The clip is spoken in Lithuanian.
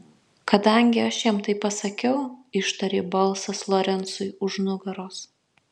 kadangi aš jam tai pasakiau ištarė balsas lorencui už nugaros